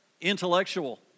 intellectual